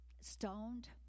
stoned